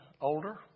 older